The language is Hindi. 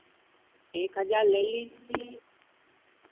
एक हज़ार ले लीजिए